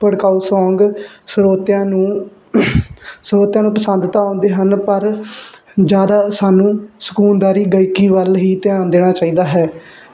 ਭੜਕਾਊ ਸੋਂਗ ਸਰੋਤਿਆਂ ਨੂੰ ਸਰੋਤਿਆਂ ਨੂੰ ਪਸੰਦ ਤਾਂ ਆਉਂਦੇ ਹਨ ਪਰ ਜਿਆਦਾ ਸਾਨੂੰ ਸਕੂਨਦਾਰੀ ਗਾਇਕੀ ਵੱਲ ਹੀ ਧਿਆਨ ਦੇਣਾ ਚਾਹੀਦਾ ਹੈ